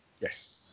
Yes